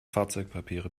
fahrzeugpapiere